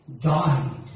died